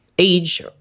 age